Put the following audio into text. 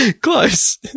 Close